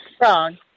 wrong